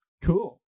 Cool